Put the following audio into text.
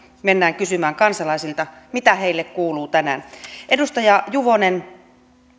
mennään kysymään kansalaisilta mitä heille kuuluu tänään edustaja juvonen